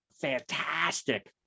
fantastic